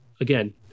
again